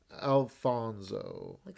Alfonso